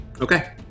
Okay